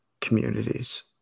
communities